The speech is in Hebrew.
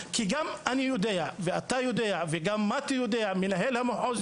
תראה, יש את רשות להתיישבות הבדואים בנגב.